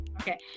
Okay